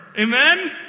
Amen